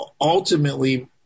ultimately